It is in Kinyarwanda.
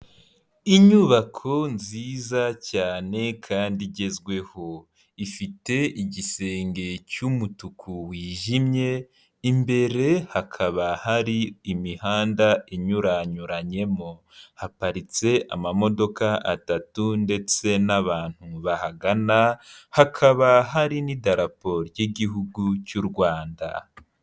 Inyubako nziza cyane kandi igezweho ifite igisenge cy'umutuku wijimye imbere hakaba hari imihanda inyuranyuranyemo haparitse amamodoka atatu ndetse n'abantu bahagana hakaba hari n'idarapo ry'igihugu cy'u Rwanda.